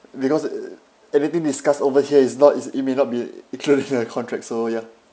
because e~ everything discussed over here is not is it may not be included in the contract so ya